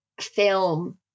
film